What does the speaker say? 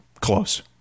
close